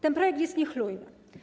Ten projekt jest niechlujny.